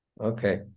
Okay